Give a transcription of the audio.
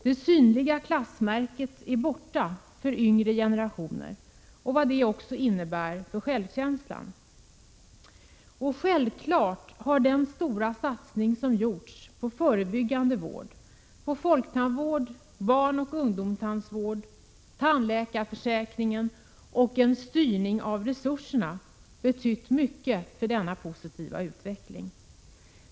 Det synliga klassmärket är borta för yngre generationer, och därmed också vad detta innebär för självkänslan. Självfallet har den stora satsning som företagits med avseende på förebyggande vård, på folktandvård, barnoch ungdomstandvård, tandläkarförsäkring och en styrning av resurserna betytt mycket för denna positiva utveckling.